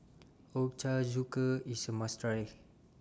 Ochazuke IS A must Try